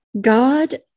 God